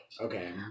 Okay